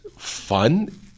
Fun